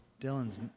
Dylan's